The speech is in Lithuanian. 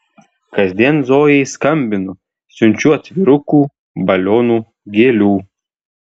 kasdien zojai skambinu siunčiu atvirukų balionų gėlių